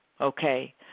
Okay